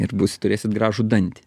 ir bus turėsit gražų dantį